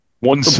One